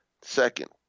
Second